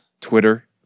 Twitter